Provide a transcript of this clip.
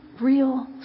real